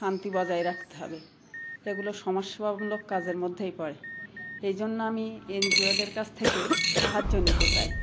শান্তি বজায় রাখতে হবে এগুলো সমস্যাবামূলক কাজের মধ্যেই পড়ে এই জন্য আমি এন জি ওদের কাছ থেকে সাহায্য নিতে চাই